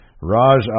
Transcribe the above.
Raj